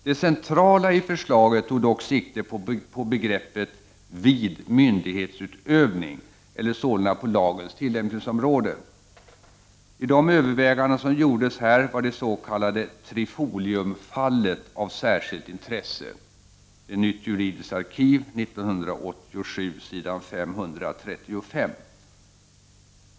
Det centrala i förslaget tog dock sikte på begreppet ”vid myndighetsutövning” eller sålunda på lagens tillämpningsområde. I de överväganden som gjordes här var det s.k. Trifoliumfallet av särskilt intresse — Nytt juridiskt arkiv 1987 s. 535.